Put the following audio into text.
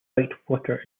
whitewater